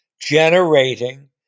generating